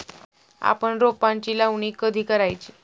आपण रोपांची लावणी कधी करायची?